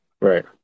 Right